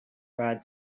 rod